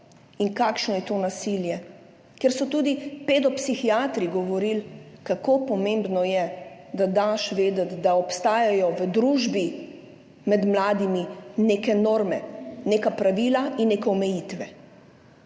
in kakšno je to nasilje, kjer so tudi pedopsihiatri govorili, kako pomembno je, da daš vedeti, da obstajajo v družbi, med mladimi neke norme, neka pravila in neke omejitve.